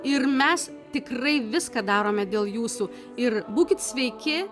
ir mes tikrai viską darome dėl jūsų ir būkit sveiki